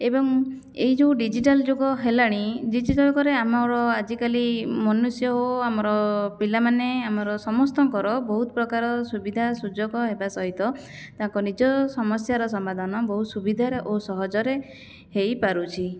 ଏବଂ ଏହି ଯେଉଁ ଡିଜିଟାଲ୍ ଯୁଗ ହେଲାଣି ଡିଜିଟାଲ୍ ପରେ ଆମର ଆଜିକାଲି ମନୁଷ୍ୟ ଓ ଆମର ପିଲାମାନେ ଆମର ସମସ୍ତଙ୍କର ବହୁତପ୍ରକାର ସୁବିଧା ସୁଯୋଗ ହେବା ସହିତ ତାଙ୍କ ନିଜ ସମସ୍ୟାର ସମାଧାନ ବହୁତ ସୁବିଧାରେ ଓ ସହଜରେ ହେଇପାରୁଛି